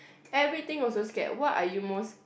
everything also scared what are you most